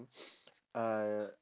uh